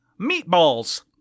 Meatballs